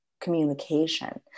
communication